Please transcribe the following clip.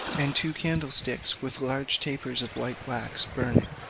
and two candlesticks with large tapers of white wax burning.